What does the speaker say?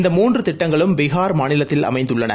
இந்த மூன்று திட்டங்களும் பீகார் மாநிலத்தில் அமைந்துள்ளன